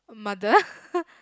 mother